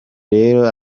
rero